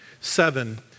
seven